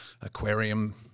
aquarium